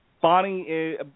Bonnie